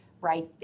right